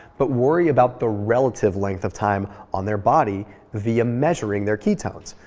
but worry about the relative length of time on their body via measuring their ketones.